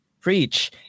Preach